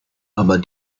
aber